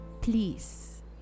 Please